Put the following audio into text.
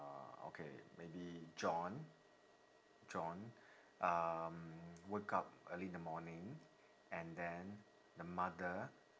uh okay maybe john john um woke up early in the morning and then the mother